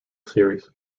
series